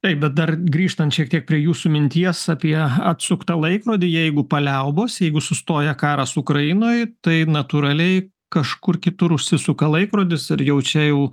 taip bet dar grįžtant šiek tiek prie jūsų minties apie atsuktą laikrodį jeigu paliaubos jeigu sustoja karas ukrainoj tai natūraliai kažkur kitur užsisuka laikrodis ar jau čia jau